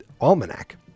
almanac